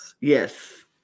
Yes